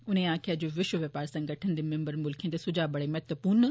उनें आक्खेआ जे विश्व व्यौपार संगठन दे मिम्बर मुल्ख दे सुझा बड़े महत्वपूर्ण न